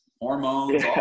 hormones